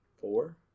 Four